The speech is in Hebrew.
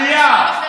עלייה.